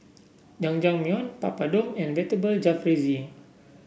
Jajangmyeon Papadum and Vegetable Jalfrezi